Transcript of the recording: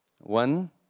One